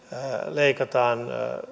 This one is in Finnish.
leikataan